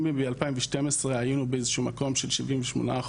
אם ב-2012 היינו באיזשהו מקום של 78%,